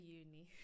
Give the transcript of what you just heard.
uni